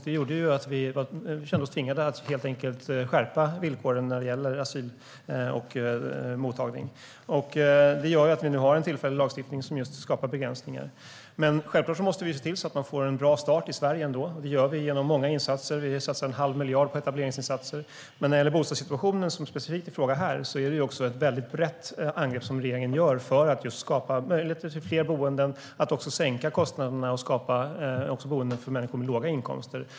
Det gjorde att vi kände oss tvingade att helt enkelt skärpa villkoren för asylmottagning. Det gör att vi nu har en tillfällig lagstiftning som just skapar begränsningar. Men självklart måste vi se till att människor ändå får en bra start i Sverige. Det gör vi genom många insatser. Vi satsar en halv miljard på etableringsinsatser. När det gäller bostadssituationen, som frågan här specifikt gällde, är det ett väldigt brett angreppssätt som regeringen har för att skapa möjligheter till fler boenden, sänka kostnaderna och också skapa boenden för människor med låga inkomster.